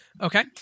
Okay